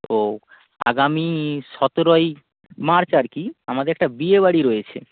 তো আগামী সতেরোই মার্চ আর কি আমাদের একটা বিয়ে বাড়ি রয়েছে